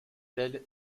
telle